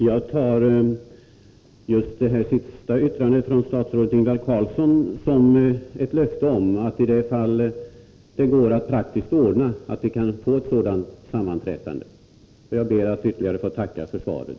Fru talman! Jag tar det sista yttrandet från statsrådet Ingvar Carlsson som ett löfte om att det skall bli ett sammanträffande, om det går att praktiskt ordna ett sådant. Jag ber att än en gång få tacka för svaret.